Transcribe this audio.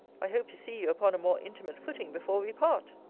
i hope to see you upon a more intimate footing before we part.